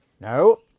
No